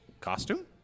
costume